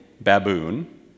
baboon